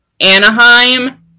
Anaheim